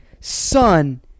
Son